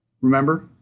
Remember